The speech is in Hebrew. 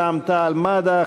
רע"ם-תע"ל-מד"ע,